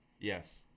yes